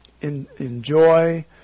enjoy